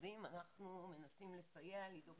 המשרדים אנחנו מנסים לסייע, לדאוג